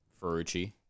Ferrucci